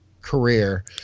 career